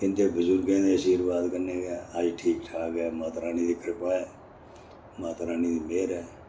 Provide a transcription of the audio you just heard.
इन्दे बजुर्गें दे आशीर्वाद कन्नै गै अज्ज ठीक ठाक ऐ माता रानी दी कृपा ऐ माता रानी दी मेह्र ऐ